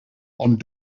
ond